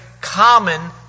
common